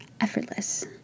effortless